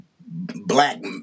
black